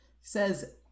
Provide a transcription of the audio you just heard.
says